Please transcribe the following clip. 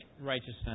righteousness